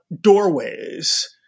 doorways